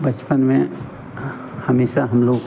बचपन में हमेशा हम लोग